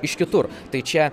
iš kitur tai čia